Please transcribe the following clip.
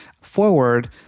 forward